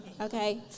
Okay